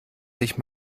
sich